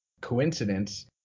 coincidence